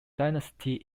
dynasty